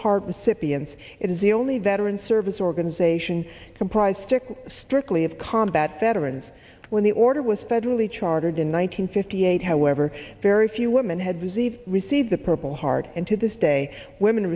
heart recipients it is the only veterans service organization comprised stick strictly of combat veterans when the order was federally chartered in one hundred fifty eight however very few women had received receive the purple heart and to this day women